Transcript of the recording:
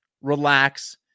Relax